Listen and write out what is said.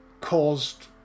caused